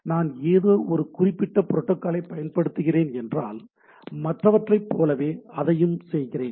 நான் ஏதோ ஒரு குறிப்பிட்ட புரோட்டாகாலை பயன்படுத்துகிறேன் என்றால் மற்றவற்றைப் போலவே அதையும் செய்கிறேன்